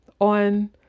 on